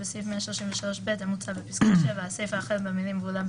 בסעיף 133ב המוצע בפסקה (7) הסיפה החל במילים "ואולם,